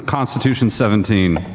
constitution seventeen.